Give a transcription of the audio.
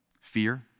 fear